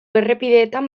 errepideetan